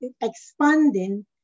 expanding